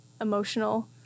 emotional